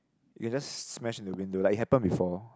it just smash into the window like it happen before